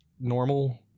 normal